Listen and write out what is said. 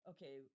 Okay